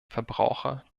verbraucher